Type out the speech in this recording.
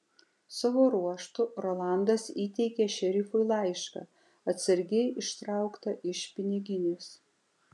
savo ruožtu rolandas įteikė šerifui laišką atsargiai ištrauktą iš piniginės